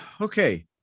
okay